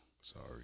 Sorry